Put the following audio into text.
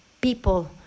people